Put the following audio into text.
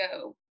go